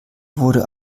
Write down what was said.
wurde